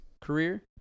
career